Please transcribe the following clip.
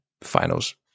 finals